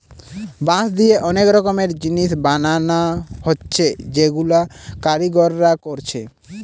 বাঁশ দিয়ে অনেক রকমের জিনিস বানানা হচ্ছে যেগুলা কারিগররা কোরছে